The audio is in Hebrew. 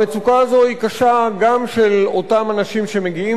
המצוקה הזאת היא קשה גם לאותם אנשים שמגיעים